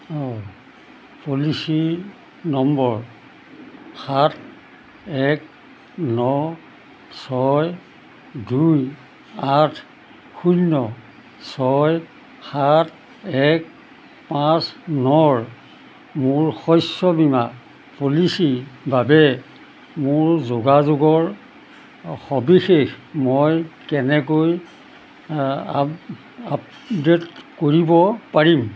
অঁ policy number সাত এক ন ছয় দুই আঠ শূন্য ছয় সাত এক পাঁচ নৰ মোৰ শস্য বীমা পলিচীৰ বাবে মোৰ যোগাযোগৰ সবিশেষ মই কেনেকৈ আপডে'ট কৰিব পাৰিম